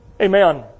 Amen